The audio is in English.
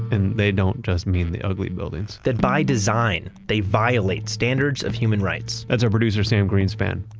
and they don't just mean the ugly buildings that by design, they violate standards of human rights. that's our producer sam greenspan.